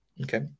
Okay